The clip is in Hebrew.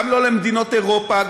גם לא למדינות אירופה,